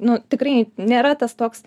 nu tikrai nėra tas toks